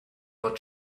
what